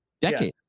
decade